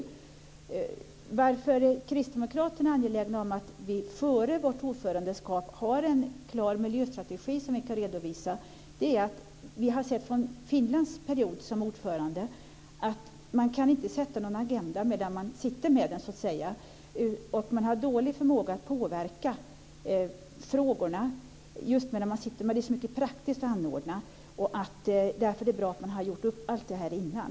Anledningen till att kristdemokraterna är angelägna om att vi före vårt ordförandeskap har en klar miljöstrategi som vi kan redovisa är att vi från Finlands period som ordförandeland har sett att man inte kan sätta någon agenda medan man sitter med den, så att säga. Man har dålig förmåga att påverka frågorna medan man sitter med dem. Det är så mycket praktiskt att anordna, och därför är det bra om man har gjort upp allt det här innan.